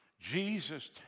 Jesus